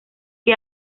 que